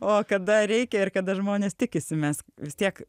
o kada reikia ir kada žmonės tikisi mes vis tiek